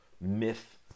myth